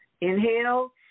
Inhale